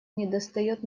недостает